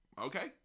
okay